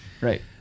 Right